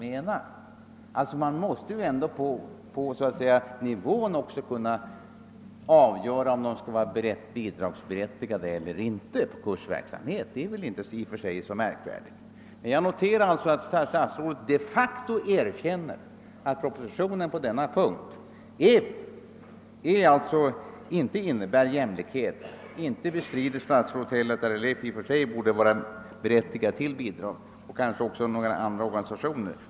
Man bör alltså även på kursnivån kunna avgöra, huruvida kurserna bör vara bidragsberättigade eller inte. Jag noterar alltså att statsrådet de facto indirekt erkänner att propositionen på denna punkt inte innebär någon jämlikhet. Inte heller bestrider statsrådet i och för sig att RLF — och det kanske även gäller en del andra organisationer — bör vara berättigade till birag.